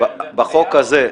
בחוק הזה.